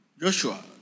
Joshua